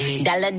Dollar